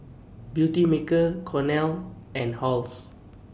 Beautymaker Cornell and Halls